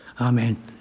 Amen